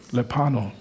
Lepano